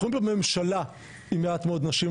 אנחנו רואים פה ממשלה עם מעט מאוד נשים,